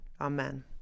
Amen